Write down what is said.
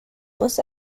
was